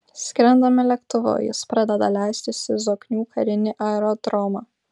skrendame lėktuvu jis pradeda leistis į zoknių karinį aerodromą